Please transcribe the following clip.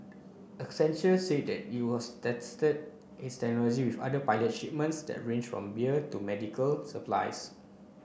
accenture said it was tested its technology with other pilot shipments that range from beer to medical supplies